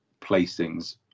placings